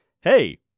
Hey